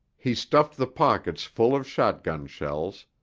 he stuffed the pockets full of shotgun shells,